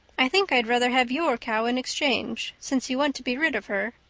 i think i'd rather have your cow in exchange, since you want to be rid of her.